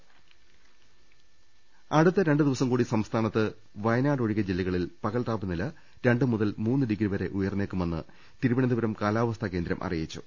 അർപ്പെട്ടറി അടുത്ത രണ്ടുദിവസം കൂടി സംസ്ഥാനത്ത് വയനാട് ഒഴികെ ജില്ലക ളിൽ പകൽ താപനില രണ്ട് മുതൽ മൂന്ന് ഡിഗ്രിവരെ ഉയർന്നേക്കുമെന്ന് തിരുവനന്തപുരം കാലാവസ്ഥാ കേന്ദ്രം അറിയിച്ചു